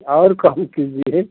और कम कीजिए